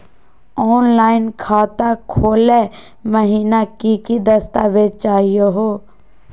Online खाता खोलै महिना की की दस्तावेज चाहीयो हो?